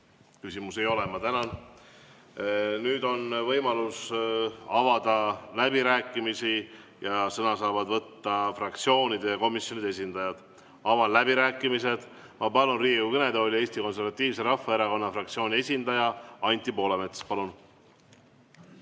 Küsimusi ei ole. Ma tänan. Nüüd on võimalus avada läbirääkimised ning sõna saavad võtta fraktsioonide ja komisjonide esindajad. Avan läbirääkimised. Palun Riigikogu kõnetooli Eesti Konservatiivse Rahvaerakonna fraktsiooni esindaja Anti Poolametsa. Palun!